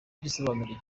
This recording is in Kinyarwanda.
igisobanuro